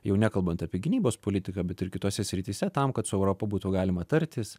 jau nekalbant apie gynybos politiką bet ir kitose srityse tam kad su europa būtų galima tartis